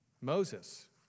Moses